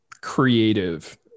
creative